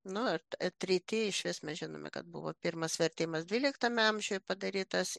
nu ar tre treti išvis mes žinome kad buvo pirmas vertimas dvyliktame amžiuje padarytas